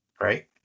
right